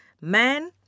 man